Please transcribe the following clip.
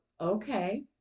Okay